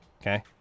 okay